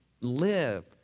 live